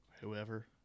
whoever